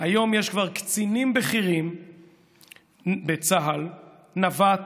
היום יש כבר קצינים בכירים בצה"ל, נווט